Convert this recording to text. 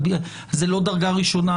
זה לא דרגה ראשונה,